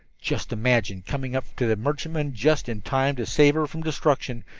just imagine coming up to that merchantman just in time to save her from destruction,